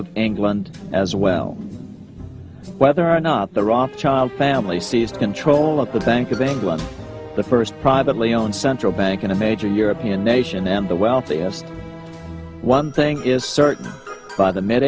of england as well whether or not the rothschild family seized control of the bank of england the first privately owned central bank in a major european nation and the wealthiest one thing is certain by the m